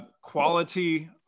Quality